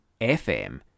FM